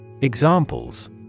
Examples